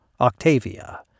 Octavia